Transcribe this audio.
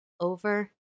over